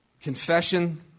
Confession